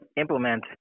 implement